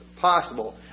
possible